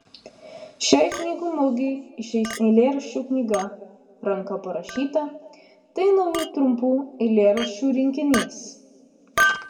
šiai knygų mugei išeis eilėraščių knyga ranka parašyta tai naujų trumpų eilėraščių rinkinys